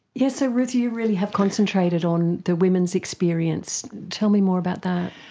yes, so ruth, you really have concentrated on the women's experience. tell me more about that.